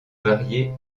variées